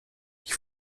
ich